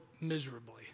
Miserably